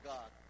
God